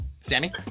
Sammy